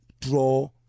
draw